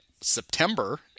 september